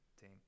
team